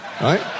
right